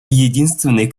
единственный